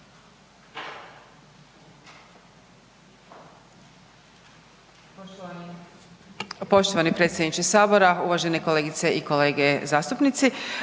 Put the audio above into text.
poštovani državni tajniče, uvažene kolegice i kolege zastupnici.